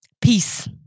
peace